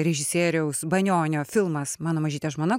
režisieriaus banionio filmas mano mažytė žmona